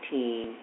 Team